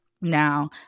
Now